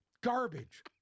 Garbage